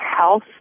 health